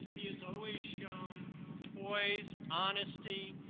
he has always shown poise, honesty,